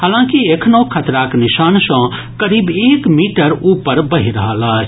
हालांकि एखनहॅ खतराक निशान सॅ करीब एक मीटर ऊपर बहि रहल अछि